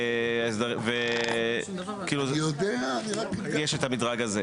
יש את המדרג הזה.